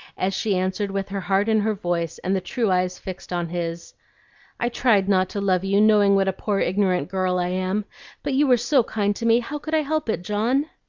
as she answered with her heart in her voice and the true eyes fixed on his i tried not to love you, knowing what a poor ignorant girl i am but you were so kind to me, how could i help it, john?